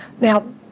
Now